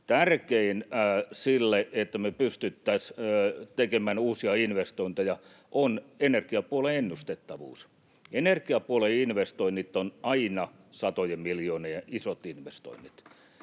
Tärkein asia sille, että me pystyttäisiin tekemään uusia investointeja, on energiapuolen ennustettavuus. Energiapuolen investoinnit ovat aina satojen miljoonien isoja investointeja,